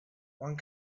one